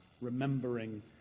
remembering